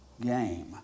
game